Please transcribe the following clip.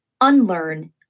unlearn